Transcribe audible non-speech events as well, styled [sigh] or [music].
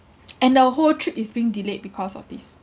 [noise] and the whole trip is being delayed because of this